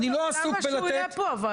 למה שהוא יהיה פה בכלל?